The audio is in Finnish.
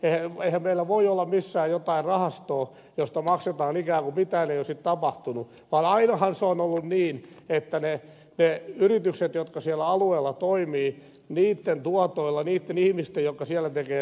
siis eihän meillä voi olla missään jotain rahastoa josta maksetaan ikään kuin mitään ei olisi tapahtunut vaan ainahan se on ollut niin että niiden yritysten jotka siellä alueella toimivat tuotoilla niitten ihmisten jotka siellä tekevät töitä panoksella on rahoitettu se hyvinvointi joka sillä alueella on käytetty